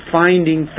finding